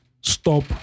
stop